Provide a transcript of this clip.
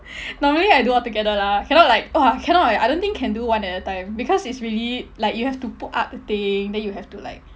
normally I do altogether lah cannot like !wah! cannot eh I don't think can do one at a time because it's really like you have to put up the thing then you have to like